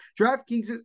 DraftKings